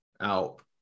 out